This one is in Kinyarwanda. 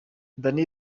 danny